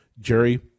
Jerry